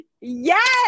yes